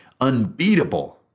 unbeatable